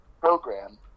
program